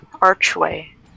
archway